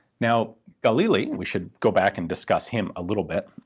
now galili, we should go back and discuss him a little bit.